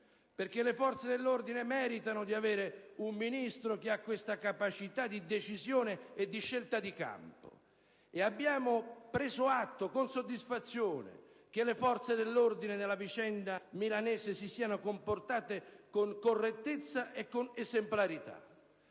Le forze dell'ordine meritano di avere un Ministro che ha questa capacità di decisione e di scelta di campo; ed abbiamo preso atto con soddisfazione che le forze dell'ordine nella vicenda milanese si siano comportate con correttezza e con esemplarità.